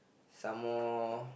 some more